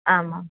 आमाम्